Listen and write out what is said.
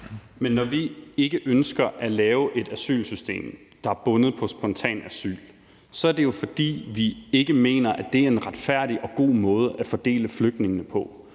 Men når vi ikke ønsker at lave et asylsystem, der er bundet op på spontant asyl, så er det jo, fordi vi ikke mener, at det er en retfærdig og god måde at fordele flygtningene på.